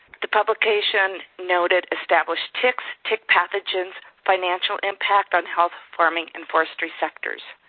the publication noted established ticks tick pathogens financial impact on health, farming, and forestry sectors.